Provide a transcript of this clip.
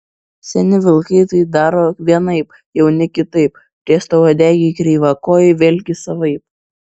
seni vilkai tai daro vienaip jauni kitaip riestauodegiai kreivakojai vėlgi savaip